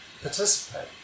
participate